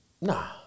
Nah